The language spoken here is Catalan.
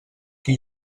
qui